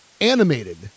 animated